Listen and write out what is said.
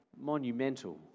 monumental